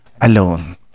alone